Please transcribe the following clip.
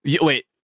wait